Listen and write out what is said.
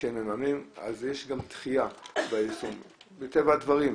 אז יש גם דחייה ביישום מטבע הדברים.